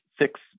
six